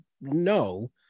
No